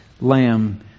lamb